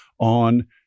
on